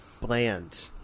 bland